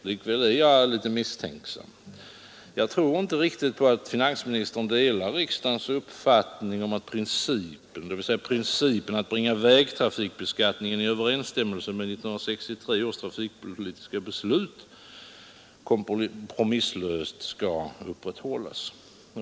Likväl är jag misstänksam. Jag tror inte riktigt på att finansministern delar riksdagens uppfattning om att principen — dvs. principen att bringa vägtrafikbeskattningen i överensstämmelse med 1963 års trafikpolitiska beslut — kompromisslöst skall upprätthållas.